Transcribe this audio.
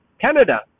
Canada